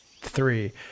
Three